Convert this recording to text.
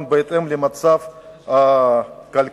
בהתאם למצב הכלכלי.